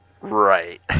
Right